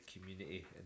community